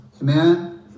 Amen